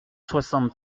soixante